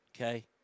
okay